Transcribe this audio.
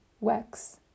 wax